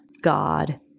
God